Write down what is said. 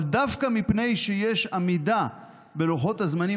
אבל דווקא מפני שיש עמידה משמעותית בלוחות הזמנים,